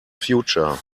future